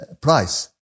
price